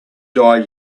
die